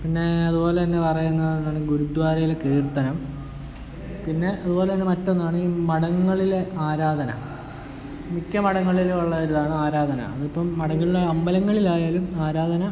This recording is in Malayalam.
പിന്നേ അതുപോലെതന്നെ പറയുന്നതാണ് ഗുരുദ്വാരയിലെ കീർത്തനം പിന്നെ അതുപോലെതന്നെ മറ്റൊന്നാണ് ഈ മഠങ്ങളിലെ ആരാധന മിക്ക മഠങ്ങളിലും ഉള്ള ഒരിതാണ് ആരാധന അതിപ്പം മഠങ്ങളിലാ അമ്പലങ്ങളിലായാലും ആരാധന